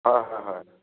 অ' হয় হয়